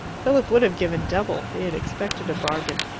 philip would have given double he had expected a bargain.